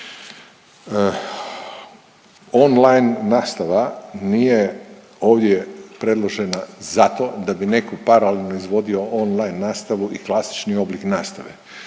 Online nastava nije ovdje predložena zato da bi netko paralelno izvodio online nastavu i klasični oblik nastave.